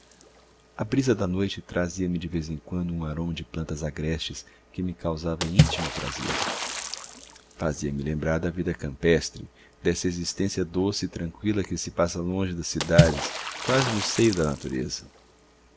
a brisa da noite trazia me de vez em quando um aroma de plantas agrestes que me causava íntimo prazer fazia lembrar-me da vida campestre dessa existência doce e tranqüila que se passa longe das cidades quase no seio da natureza